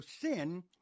sin